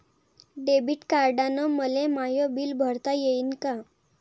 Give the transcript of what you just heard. Debit कार्डानं मले my bill भरता येईन का?